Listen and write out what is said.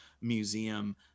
museum